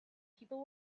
people